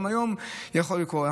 וגם היום זה יכול לקרות.